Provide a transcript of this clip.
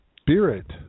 spirit